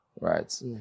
right